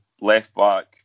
left-back